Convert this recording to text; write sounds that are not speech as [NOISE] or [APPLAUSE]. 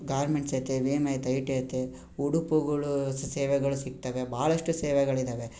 garments ಐತೆ [UNINTELLIGIBLE] ಐತೆ I T ಐತೆ ಉಡುಪುಗಳು ಸೇವೆಗಳು ಸಿಗ್ತವೆೆ ಭಾಳಷ್ಟು ಸೇವೆಗಳಿದ್ದಾವೆ